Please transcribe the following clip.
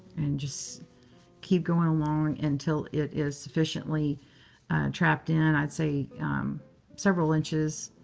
and just keep going along until it is sufficiently trapped in. i'd say several inches,